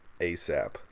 ASAP